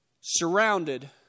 Surrounded